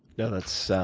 that's